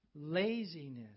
Laziness